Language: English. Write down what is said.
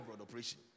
operation